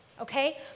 okay